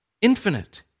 infinite